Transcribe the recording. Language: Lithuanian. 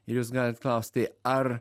ir jūs galit klausti ar